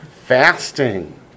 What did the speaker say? fasting